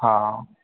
हा